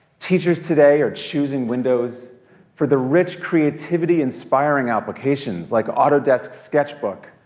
teachers today are choosing windows for the rich creativity inspiring applications like autodesk sketchbook,